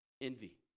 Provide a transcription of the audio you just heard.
Envy